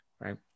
right